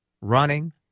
running